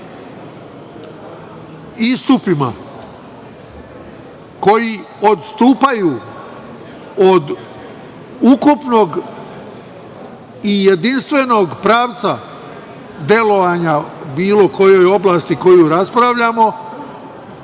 istupima koji odstupaju od ukupnog i jedinstvenog pravca delovanja u bilo kojoj oblasti koju raspravljamo,